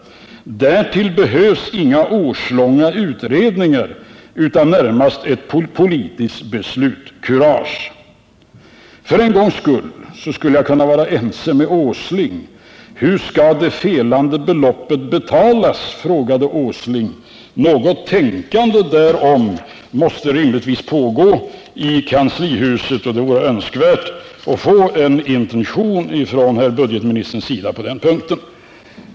Därtill behövs inga årslånga utredningar utan närmast ett politiskt beslutskurage. För en gångs skull kan jag vara ense med Nils Åsling. Hur skall det felande beloppet uttagas, frågade herr Åsling. Något tänkande därom måste rimligtvis pågå i kanslihuset, och det vore önskvärt att få höra herr budgetoch ekonomiministerns intentioner på den punkten.